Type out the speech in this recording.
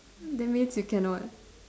that means you cannot